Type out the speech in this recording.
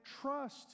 trust